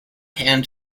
hand